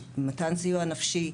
מתן סיוע נפשי,